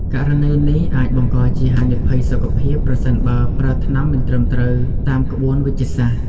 ករណីនេះអាចបង្កជាហានិភ័យសុខភាព ប្រសិនបើប្រើថ្នាំមិនត្រឹមត្រូវតាមក្បួនវេជ្ជសាស្ត្រ។